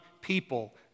people